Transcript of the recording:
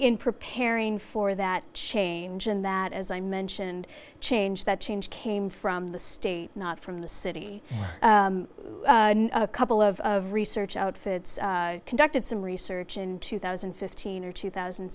in preparing for that change in that as i mentioned change that change came from the state not from the city a couple of of research outfits conducted some research in two thousand and fifteen or two thousand